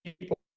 people